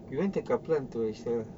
we went to kaplan to register her